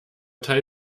teil